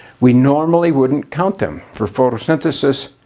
we normally wouldn't count them for photosynthesis.